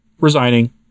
resigning